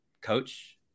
coach